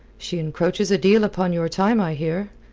she encroaches a deal upon your time, i hear.